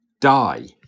die